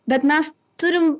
bet mes turim